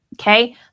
okay